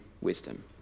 wisdom